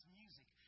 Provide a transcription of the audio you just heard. music